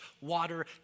water